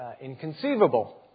inconceivable